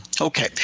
Okay